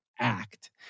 act